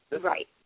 right